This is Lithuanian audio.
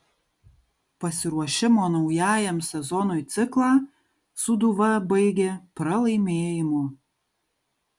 pasiruošimo naujajam sezonui ciklą sūduva baigė pralaimėjimu